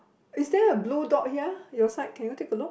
is there a blue dot here your side can you take a look